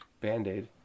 Band-aid